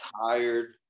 tired